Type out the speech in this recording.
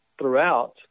throughout